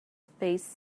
space